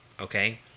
okay